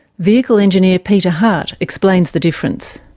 vehicle engineer peter hart explains the difference.